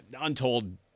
untold